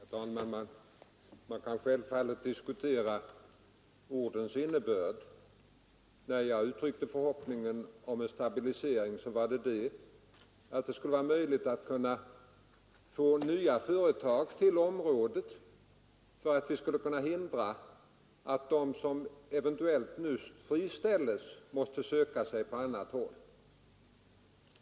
Herr talman! Man kan självfallet diskutera ordens innebörd. När jag uttryckte förhoppningen om en stabilisering menade jag att det skulle vara möjligt att få nya företag till området, så att vi kan hindra att de som nu eventuellt friställs måste söka sig till andra ställen.